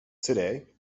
today